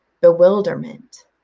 bewilderment